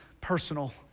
personal